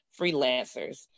freelancers